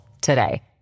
today